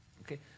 okay